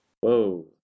whoa